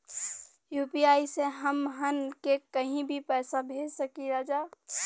UPI से हमहन के कहीं भी पैसा भेज सकीला जा?